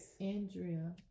andrea